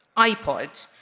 ipod,